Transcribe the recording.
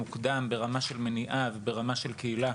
ברמה של מניעה ושל קהילה,